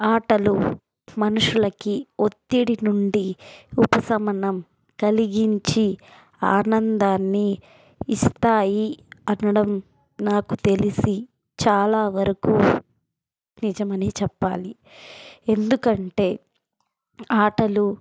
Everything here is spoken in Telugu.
ఆటలు మనుషులకి ఒత్తిడి నుండి ఉపశమనం కలిగించి ఆనందాన్ని ఇస్తాయి అనడం నాకు తెలిసి చాలా వరకు నిజమని చెప్పాలి ఎందుకంటే ఆటలు